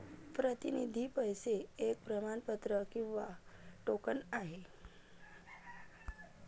प्रतिनिधी पैसे एक प्रमाणपत्र किंवा टोकन आहे